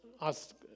ask